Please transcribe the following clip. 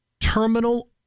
terminal